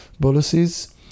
policies